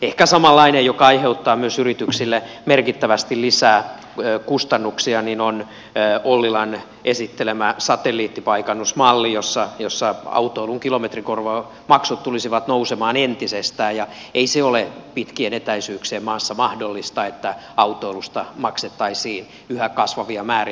ehkä samanlainen joka aiheuttaa myös yrityksille merkittävästi lisää kustannuksia on ollilan esittelemä satelliittipaikannusmalli jossa autoilun kilometrimaksut tulisivat nousemaan entisestään ja ei se ole pitkien etäisyyksien maassa mahdollista että autoilusta maksettaisiin yhä kasvavia määriä